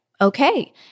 okay